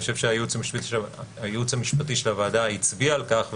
אני חושב שהייעוץ המשפטי של הוועדה הצביע על כך,